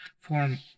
form